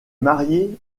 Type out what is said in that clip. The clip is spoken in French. marié